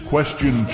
Question